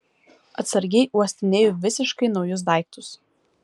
atsargiai uostinėju visiškai naujus daiktus